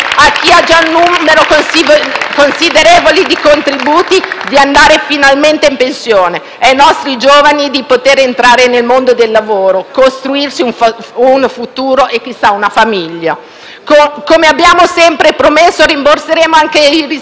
di andare finalmente in pensione e ai nostri giovani di poter entrare nel mondo del lavoro, costruirsi un futuro e, chissà, una famiglia. Come abbiamo sempre promesso, rimborseremo anche i risparmiatori truffati; risparmiatori truffati due volte: